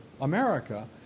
America